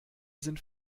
sind